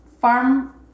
farm